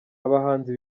abahanzi